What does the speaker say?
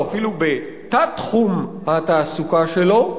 או אפילו בתת-תחום התעסוקה שלו,